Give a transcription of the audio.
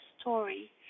story